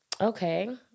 okay